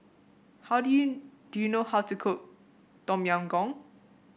how do you do you know how to cook Tom Yam Goong